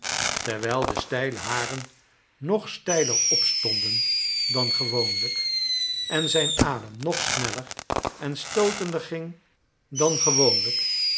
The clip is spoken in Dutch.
terwijl de steile haren nog stealer opstonden dan gewoonlijk en zijn adem nog sneller en stootender ging dan gewoonlijk